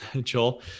Joel